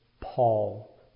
Paul